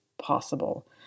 possible